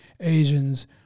Asians